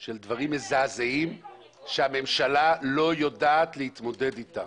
של דברים מזעזעים שהממשלה לא יודעת להתמודד אתם